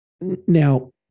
Now